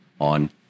on